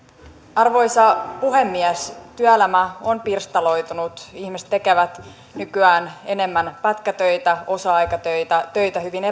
arvoisa puhemies työelämä on pirstaloitunut ihmiset tekevät nykyään enemmän pätkätöitä osa aikatöitä töitä hyvin